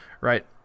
right